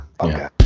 Okay